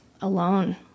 alone